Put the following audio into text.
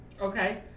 Okay